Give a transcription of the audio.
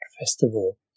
festival